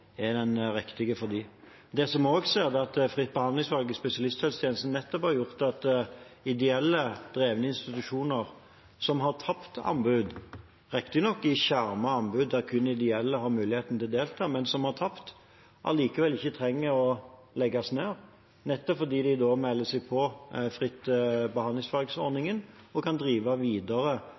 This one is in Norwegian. er den riktige for dem. Det som vi også ser, er at fritt behandlingsvalg i spesialisthelsetjenesten har gjort at ideelt drevne institusjoner som har tapt anbud – riktignok i skjermet anbud, der kun ideelle har mulighet til å delta, men som har tapt – allikevel ikke trenger å legges ned, nettopp fordi de melder seg på fritt behandlingsvalg-ordningen og kan drive videre